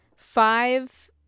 five